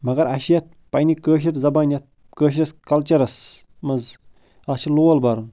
مگر اَسہِ چھِ یَتھ پننٕۍ کٲشِر زبانہِ یَتھ کٲشرِس کلچَرس منٛز اَتھ چھُ لول بَرُن